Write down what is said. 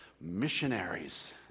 missionaries